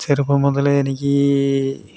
ചെറുപ്പം മുതലേ എനിക്ക് ഈ